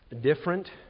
different